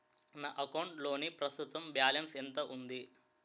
నా అకౌంట్ లోని ప్రస్తుతం బాలన్స్ ఎంత ఉంది?